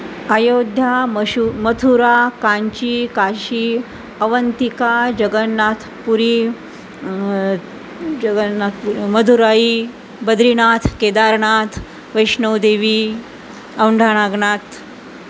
अयोध्या मशू मथुरा कांची काशी अवंंतिका जगन्नाथ पुरी जगन्नाथप मदुराई बद्रीनाथ केदारनाथ वैष्णोदेवी औंढा नागनाथ